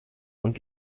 und